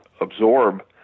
absorb